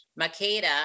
Makeda